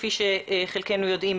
כפי שחלקנו יודעים,